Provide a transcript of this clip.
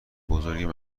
بزرگ